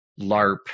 LARP